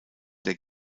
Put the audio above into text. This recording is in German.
der